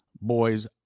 boys